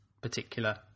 particular